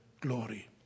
glory